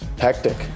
hectic